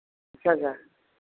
छः हज़ार